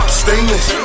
stainless